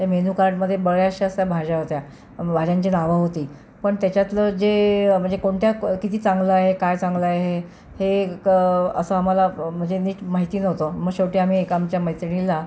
तर मेन्यूकार्डमध्ये बऱ्याचशा अशा भाज्या होत्या भाज्यांची नावं होती पण त्याच्यातलं जे म्हणजे कोणत्या किती चांगलं आहे काय चांगलं आहे हे क असं आम्हाला म्हणजे नीट माहिती नव्हतं मग शेवटी आम्ही एक आमच्या मैत्रिणीला